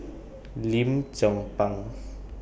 Lim Chong Pang